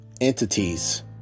entities